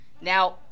Now